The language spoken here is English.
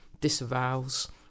disavows